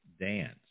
dance